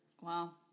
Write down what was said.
Wow